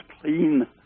clean